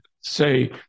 say